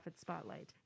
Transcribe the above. spotlight